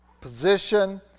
position